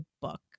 book